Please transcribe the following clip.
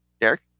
Derek